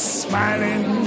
smiling